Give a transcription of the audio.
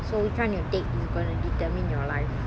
so which one you take is going to determine your life